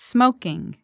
Smoking